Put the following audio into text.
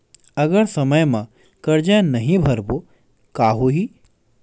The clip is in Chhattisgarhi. अगर समय मा कर्जा नहीं भरबों का होई?